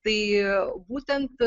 tai būtent